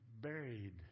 buried